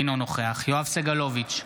אינו נוכח יואב סגלוביץ'